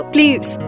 Please